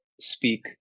speak